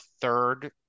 third